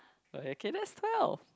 okay okay that's twelve